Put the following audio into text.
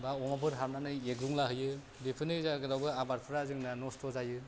बा अमाफोर हाबनानै एग्रुंलाहैयो बेफोरनि जाहोनावबो आबादफ्रा जोंना नस्त' जायो